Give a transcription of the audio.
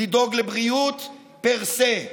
לדאוג לבריאות פר סה,